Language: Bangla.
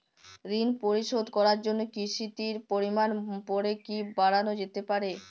ঋন পরিশোধ করার জন্য কিসতির পরিমান পরে কি বারানো যেতে পারে?